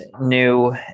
new